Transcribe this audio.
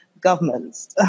governments